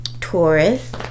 Taurus